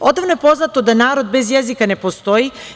Odavno je poznato da narod bez jezika ne postoji.